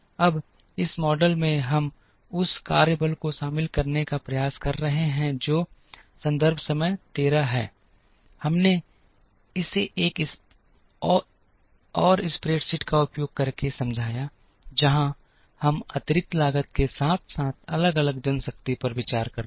अब इस मॉडल में हम उस कार्यबल को शामिल करने का प्रयास कर रहे हैं जो संदर्भ समय 1300 है हमने इसे एक और स्प्रेडशीट का उपयोग करके समझाया जहां हम अतिरिक्त लागत के साथ साथ अलग अलग जनशक्ति पर विचार करते हैं